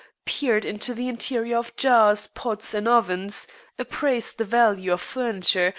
peered into the interior of jars, pots, and ovens appraised the value of furniture,